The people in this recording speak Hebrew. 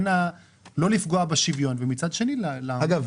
לא לפגוע בשוויון ומצד שני לעמוד במטרות --- אגב,